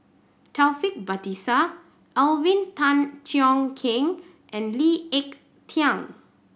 Taufik Batisah Alvin Tan Cheong Kheng and Lee Ek Tieng